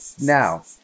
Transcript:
Now